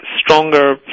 stronger